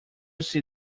see